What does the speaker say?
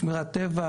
שמירת טבע.